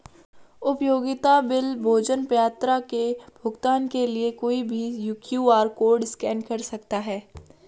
उपयोगिता बिल, भोजन, यात्रा के भुगतान के लिए कोई भी क्यू.आर कोड स्कैन कर सकता है